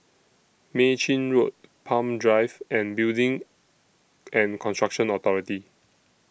Mei Chin Road Palm Drive and Building and Construction Authority